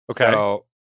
Okay